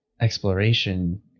exploration